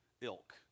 ilk